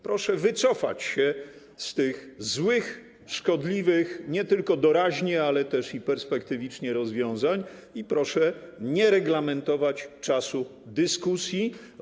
Proszę wycofać się z tych złych, szkodliwych nie tylko doraźnie, ale też perspektywicznie rozwiązań i proszę nie reglamentować czasu dyskusji.